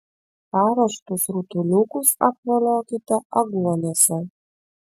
paruoštus rutuliukus apvoliokite aguonose